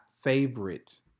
favorite